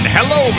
Hello